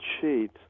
sheet